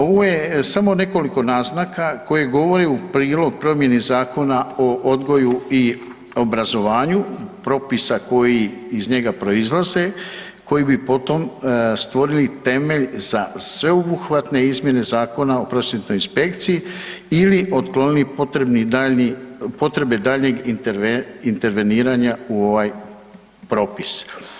Ovo je samo nekoliko naznaka koje govore u prilog promjeni Zakona o odgoju i obrazovanju i propisa koji iz njega proizlaze, koji bi potom stvorili temelj za sveobuhvatne izmjene Zakona o prosvjetnoj inspekciji ili otklonili potrebe daljnjeg interveniranja u ovaj propis.